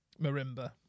Marimba